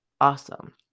awesome